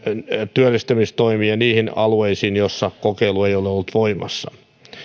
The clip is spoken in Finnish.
työllistämistoimiin ja niihin alueisiin joissa kokeilu ei ole ollut voimassa